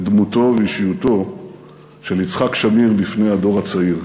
את דמותו ואישיותו של יצחק שמיר לפני הדור הצעיר: